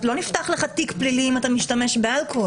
לא נפתח לך תיק פלילי אם אתה משתמש באלכוהול,